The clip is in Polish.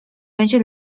będzie